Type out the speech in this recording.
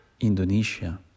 Indonesia